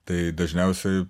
tai dažniausiai